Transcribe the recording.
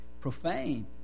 profane